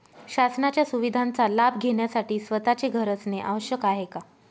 शासनाच्या सुविधांचा लाभ घेण्यासाठी स्वतःचे घर असणे आवश्यक आहे का?